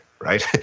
right